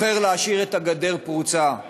בוחר להשאיר את הגדר פרוצה.